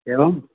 एवम्